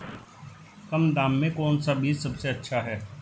कम दाम में कौन सा बीज सबसे अच्छा है?